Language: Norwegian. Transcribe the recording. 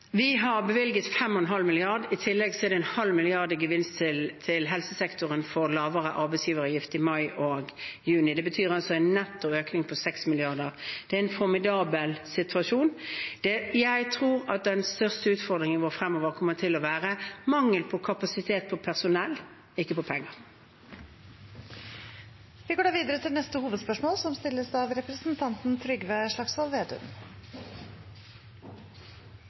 Vi har bevilget 5,5 mrd. kr i tillegg til en halv milliard i gevinst til helsesektoren for lavere arbeidsgiveravgift i mai og juni. Det er altså en netto økning på 6 mrd. kr. Det er en formidabel situasjon. Jeg tror at den største utfordringen vår fremover kommer til å være mangel på kapasitet på personell, ikke på penger. Vi går videre til neste hovedspørsmål.